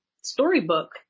storybook